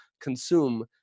consume